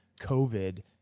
COVID